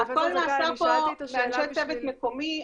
הכול נעשה פה על ידי אנשי צוות מקומי,